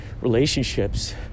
relationships